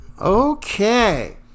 Okay